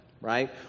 right